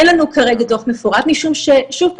אין לנו כרגע דוח מפורט משום ששוב,